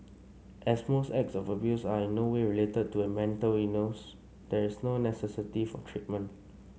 as most acts of abuse are in no way related to a mental illness there is no necessity for treatment